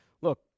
look